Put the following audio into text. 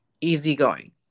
easygoing